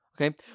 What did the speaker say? Okay